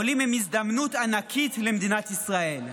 העולים הם הזדמנות ענקית למדינת ישראל.